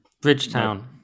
Bridgetown